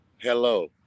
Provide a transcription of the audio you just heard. hello